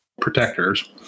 Protectors